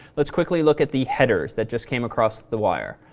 let's quickly look at the headers that just came across the wire.